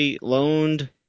loaned